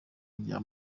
rya